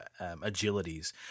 agilities